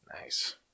Nice